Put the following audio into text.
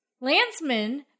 Landsmen